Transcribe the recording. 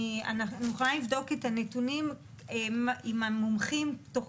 אני מוכנה לבדוק את הנתונים עם המומחים תוך